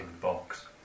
box